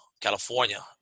California